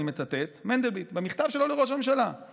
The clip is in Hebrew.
אני מצטט את מנדלבליט במכתב שלו